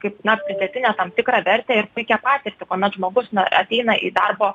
kaip na pridėtinę tam tikrą vertę ir puikią patirtį kuomet žmogus ateina į darbo